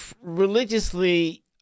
religiously